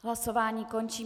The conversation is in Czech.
Hlasování končím.